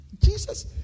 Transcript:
Jesus